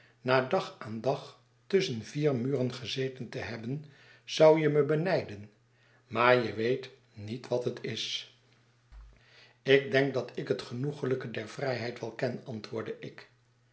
na dag aan dag tusschen vier muren gezeten te hebben zou je me benijden maar je weet niet wat het is ik denk dat ik het genoeglijke der vrijheid wel ken antwoordde ik